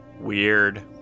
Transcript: Weird